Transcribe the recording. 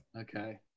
Okay